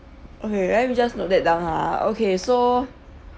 okay let me just note that down ha okay so